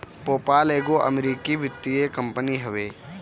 PayPal एगो अमरीकी वित्तीय कंपनी हवे